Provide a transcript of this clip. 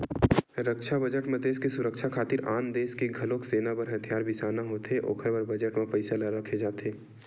रक्छा बजट म देस के सुरक्छा खातिर आन देस ले घलोक सेना बर हथियार बिसाना होथे ओखर बर बजट म पइसा ल रखे जाथे